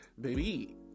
baby